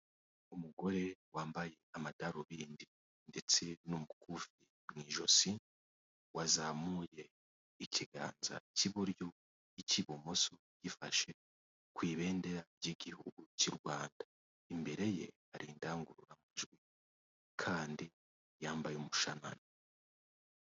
Umugore wambaye amadarubindi ndetse n'umukufi mu ijosi wazamuye ikiganza k'iburyo ik'ibumso gifashe ku ibendera ry'igihugu cy' u Rwanda, imbere ye hari indangururamajwi kandi yambaye umushanana.